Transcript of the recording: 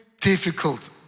difficult